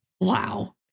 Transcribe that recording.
Wow